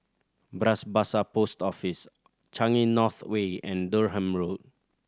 Bras Basah Post Office Changi North Way and Durham Road